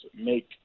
make